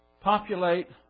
populate